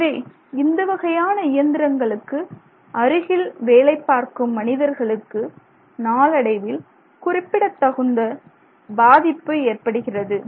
எனவே இந்த வகையான இயந்திரங்களுக்கு அருகில் வேலை பார்க்கும் மனிதர்களுக்கு நாளடைவில் குறிப்பிடத்தகுந்த பாதிப்பு ஏற்படுகிறது